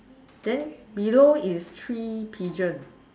then below is three pigeon